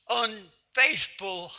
unfaithful